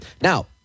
now